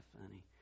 funny